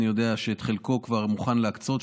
אני יודע שאת חלקו הוא כבר מוכן להקצות,